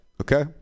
okay